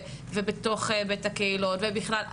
ובתוך בתי קהילות ובכלל.